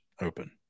open